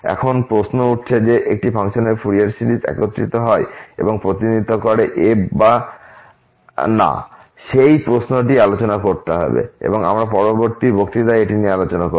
এখন প্রশ্ন উঠছে যে একটি ফাংশনের ফুরিয়ার সিরিজ একত্রিত হয় এবং প্রতিনিধিত্ব করে f বা না সেই প্রশ্নটিই আলোচনা করতে হবে এবং আমরা পরবর্তী বক্তৃতায় এটি নিয়ে আলোচনা করব